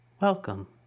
Welcome